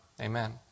Amen